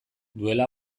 duela